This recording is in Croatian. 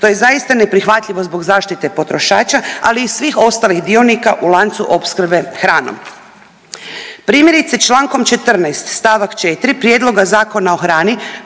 To je zaista neprihvatljivo zbog zaštite potrošača, ali i svih ostalih dionika u lancu opskrbe hranom. Primjerice čl. 14. st. 4. prijedloga Zakona o hrani